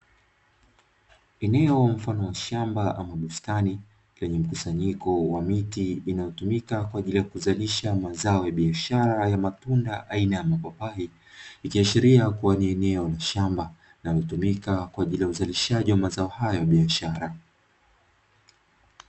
Eneo mfano wa shamba ama bustani lenye mkusanyiko wa miti linalotumika kwa ajili ya kuzalisha mazao ya biashara ya matunda aina ya mapapai, ikiashiria kuwa ni eneo la shamba linalotumika kwaajili ya uzalishaji mazao hayo ya biashara.